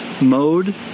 mode